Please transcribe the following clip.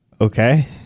Okay